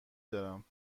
دارم